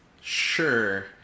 Sure